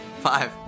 Five